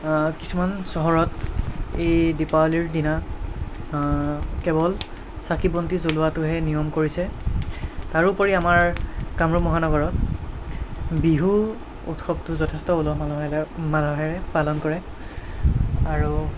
কিছুমান চহৰত এই দীপাৱলীৰ দিনা কেৱল চাকি বন্তি জ্বলোৱাটোহে নিয়ম কৰিছে তাৰোপৰি আমাৰ কামৰূপ মহানগৰত বিহু উৎসৱটো যথেষ্ট উলহ মালহেৰে মালহেৰে পালন কৰে আৰু